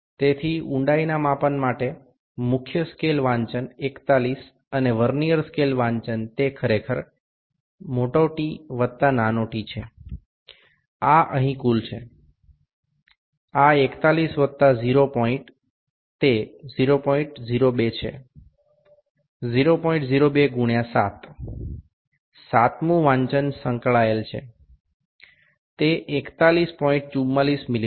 সুতরাং গভীরতা পরিমাপের জন্য মূল স্কেল পাঠ ৪১ এবং ভার্নিয়ার স্কেল পাঠ আসলে T যুক্ত t এটি এখানে মোট এটি ৪১ যুক্ত ০ বিন্দু এটি ০০২ ০০২ গুণিতক ৭ সপ্তম পাঠটি মিলে গেছে এটি সমান ৪১৪৪ মিমি